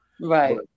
Right